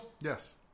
Yes